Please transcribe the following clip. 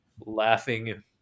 laughing